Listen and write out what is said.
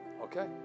Okay